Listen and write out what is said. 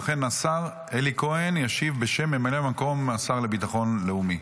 ולכן השר אלי כהן ישיב בשם ממלא מקום השר לביטחון לאומי.